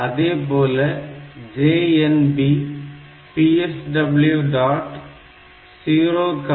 அதேபோல JNB PSW